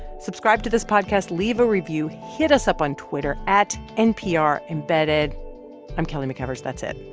subscribe to this podcast. leave a review. hit us up on twitter at nprembedded. i'm kelly mcevers. that's it.